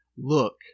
look